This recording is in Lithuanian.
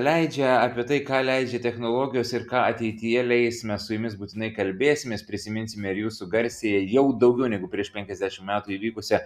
leidžia apie tai ką leidžia technologijos ir ką ateityje leis mes su jumis būtinai kalbėsimės prisiminsime ir jūsų garsiąją jau daugiau negu prieš penkiasdešimt metų įvykusią